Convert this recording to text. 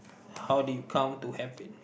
how do you come to have it